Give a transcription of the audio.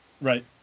Right